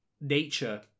nature